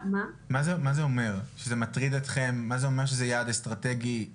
מה זה אומר שזה יעד אסטרטגי,